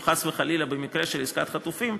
או חס וחלילה במסגרת של עסקת חטופים,